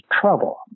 trouble